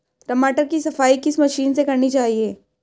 टमाटर की सफाई किस मशीन से करनी चाहिए?